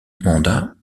mandat